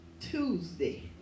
Tuesday